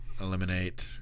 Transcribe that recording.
Eliminate